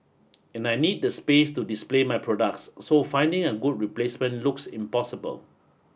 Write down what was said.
and I need the space to display my products so finding a good replacement looks impossible